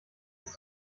ist